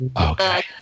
okay